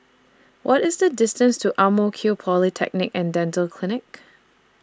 What IS The distance to Ang Mo Kio Polyclinic and Dental Clinic